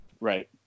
Right